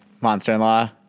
Monster-in-Law